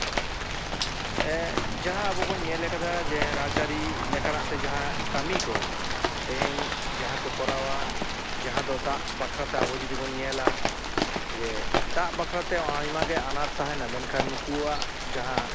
ᱡᱟᱦᱟᱸ ᱟᱵᱚ ᱵᱚ ᱧᱮᱞᱟᱠᱟᱫᱟ ᱡᱮ ᱨᱟᱡᱼᱟᱹᱨᱤ ᱞᱮᱠᱟᱱᱟᱜ ᱛᱮ ᱡᱟᱦᱟᱸ ᱠᱟᱹᱢᱤ ᱠᱚ ᱛᱮᱦᱮᱧ ᱡᱟᱦᱟᱸ ᱠᱚ ᱠᱚᱨᱟᱣᱟ ᱡᱟᱦᱟᱸ ᱫᱚ ᱫᱟᱜ ᱵᱟᱠᱷᱨᱟᱛᱮ ᱟᱵᱚ ᱡᱩᱫᱤ ᱵᱚ ᱧᱮᱞᱟ ᱡᱮ ᱫᱟᱜ ᱵᱟᱠᱷᱨᱟᱛᱮ ᱱᱚᱜᱼᱚᱭ ᱟᱭᱢᱟ ᱜᱮ ᱟᱱᱟᱴ ᱛᱟᱦᱮᱸᱱᱟ ᱢᱮᱱᱠᱷᱟᱱ ᱱᱩᱠᱩᱣᱟᱜ ᱡᱟᱦᱟᱸ